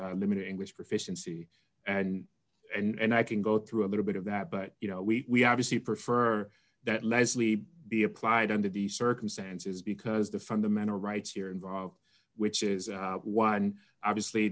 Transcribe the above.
his limited english proficiency and and i can go through a little bit of that but you know we obviously prefer that leslie be applied under the circumstances because the fundamental rights here involved which is one obviously